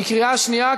בקריאה שנייה,